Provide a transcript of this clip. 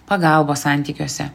pagalbos santykiuose